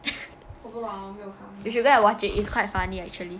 you should go and watch it it's quite funny actually